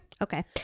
okay